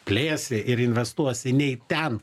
plėsi ir investuosi ne į ten